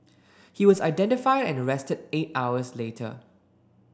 he was identified and arrested eight hours later